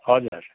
हजुर